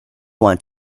want